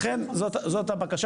לכן, זאת הבקשה.